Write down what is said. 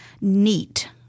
NEAT